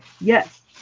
yes